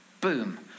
Boom